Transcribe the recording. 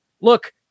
look